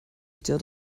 still